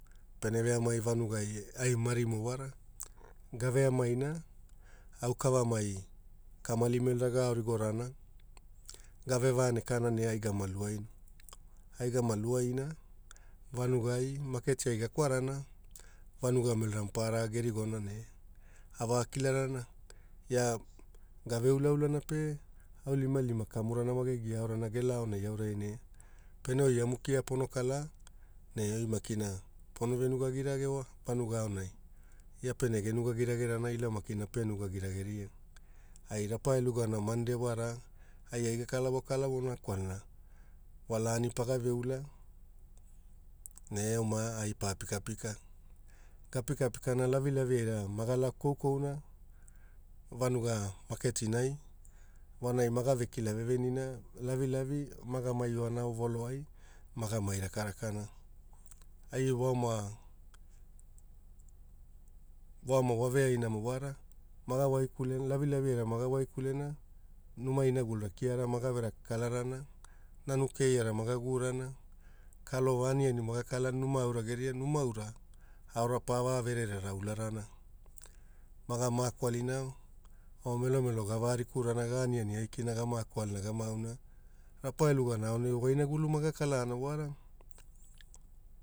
Pene veamai vanugai ai marimo wara gaveamaina au kavamai kamali melora gaorigorana gave va aneka ne a gama luaaina. Ai gama lua aina vaniegai maketi ai gakwrana vanuga melora gerigona ne avakilarana ia gaveulaulana pe aurilimalima kakamurana mo geiaorana gelaonai auraine pene emu kia pono kala ne oi makina pono venuagi rage wa vanuga aonai. ia pene genuagirarana ila makina pe nugaguagema. Rapa eluana Mandeiwara ai akalavo kalavona kwalana walaani paga veula ne eoma ai paia pikapika. Gapukaleana lavilavi eirana malaka koukouna, vanuga maketinai vonai makila vevenina lavilavi magameiona ovoloai mai maga rakarana. Ai vooma vooma voveaina mo wara lavilavi airana maga waikulena numa inagulura kia gave lakakalara, nanu keiara mage vurana. kalova aniani mage kalana numa aura geria, numa aura aora pa vavererera ularana mako alina o melomelo gavarikurana aniani aikina gamoko alina. Rapa elugana aonai vo inagulu mage kalaara wara